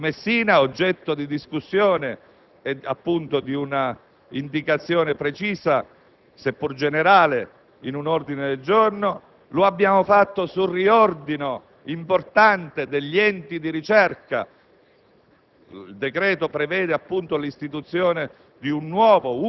già assegnate alla prima fase di realizzazione dello Stretto di Messina, oggetto di discussione e, appunto, di una indicazione precisa, seppur generale, in un ordine del giorno; lo abbiamo fatto sul riordino importante degli enti di ricerca,